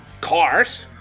cars